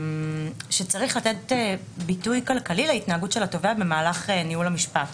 שצריך לתת ביטוי כלכלי להתנהגות של התובע במהלך ניהול המשפט.